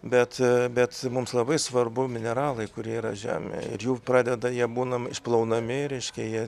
bet bet mums labai svarbu mineralai kurie yra žemėj ir jau pradeda jie būna išplaunami reiškia jie